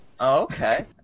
Okay